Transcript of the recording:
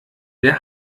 der